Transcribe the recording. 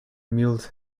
mules